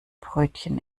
brötchen